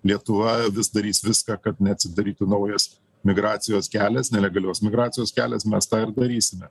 lietuva vis darys viską kad neatsidarytų naujas migracijos kelias nelegalios migracijos kelias mes tą ir darysime